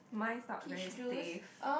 mine is not very safe